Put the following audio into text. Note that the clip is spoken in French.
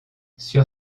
sur